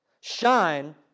Shine